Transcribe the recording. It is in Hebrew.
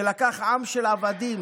שלקח עם של עבדים,